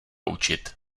učit